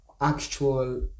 actual